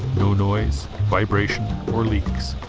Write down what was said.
no noise vibration or leaks